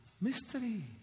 Mystery